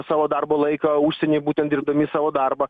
savo darbo laiką užsienyje būtent dirbdami savo darbą